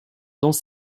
dans